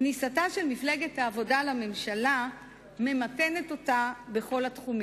כניסתה של מפלגת העבודה לממשלה ממתנת אותה בכל התחומים.